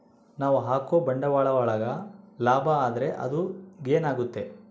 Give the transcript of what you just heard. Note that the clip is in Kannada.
ನಾವ್ ಹಾಕೋ ಬಂಡವಾಳ ಒಳಗ ಲಾಭ ಆದ್ರೆ ಅದು ಗೇನ್ ಆಗುತ್ತೆ